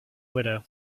widow